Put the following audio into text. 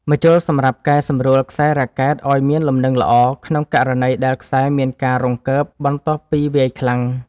ម្ជុលសម្រាប់កែសម្រួលខ្សែរ៉ាកែតឱ្យមានលំនឹងល្អក្នុងករណីដែលខ្សែមានការរង្គើបន្ទាប់ពីវាយខ្លាំង។